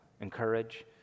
encourage